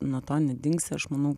nuo to nedingsi aš manau